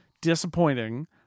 disappointing